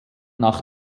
nach